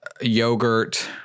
yogurt